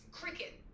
cricket